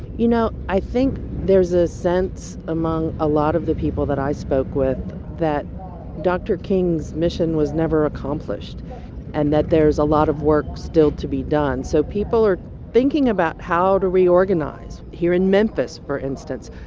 you know, i think there's a sense among a lot of the people that i spoke with that dr. king's mission was never accomplished and that there is a lot of work still to be done, so people are thinking about how to reorganize. here in memphis, for instance,